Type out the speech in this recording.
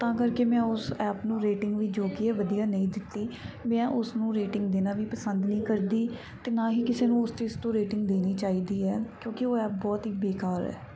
ਤਾਂ ਕਰਕੇ ਮੈਂ ਉਸ ਐਪ ਨੂੰ ਰੇਟਿੰਗ ਵੀ ਜੋ ਕੀ ਹੈ ਵਧੀਆ ਨਹੀਂ ਦਿੱਤੀ ਮੈਂ ਉਸ ਨੂੰ ਰੇਟਿੰਗ ਦੇਣਾ ਵੀ ਪਸੰਦ ਨਹੀਂ ਕਰਦੀ ਅਤੇ ਨਾ ਹੀ ਕਿਸੇ ਨੂੰ ਉਸ ਚੀਜ਼ ਤੋਂ ਰੇਟਿੰਗ ਦੇਣੀ ਚਾਹੀਦੀ ਹੈ ਕਿਉਂਕਿ ਉਹ ਐਪ ਬਹੁਤ ਹੀ ਬੇਕਾਰ ਹੈ